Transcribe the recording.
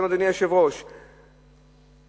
כי